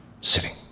sitting